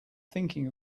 thinking